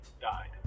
died